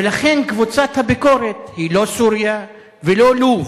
ולכן קבוצת הביקורת היא לא סוריה ולא לוב,